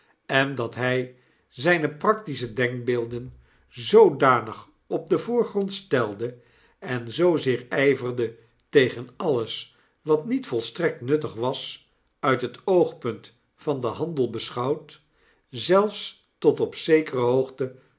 en dat hy zijne practische denkbeelden zoodanig op den voorgrond stelde en zoozeer ijverde tegen alles wat niet volstrekt nuttig was uit het oogpunt van den handelbesohouwd zelfs tot op zekere hoogte